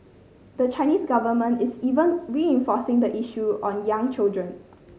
the Chinese government is even reinforcing the issue on young children